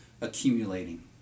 accumulating